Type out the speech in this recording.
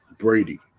Brady